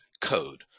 code